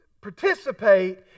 participate